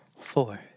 four